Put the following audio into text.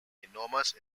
enormous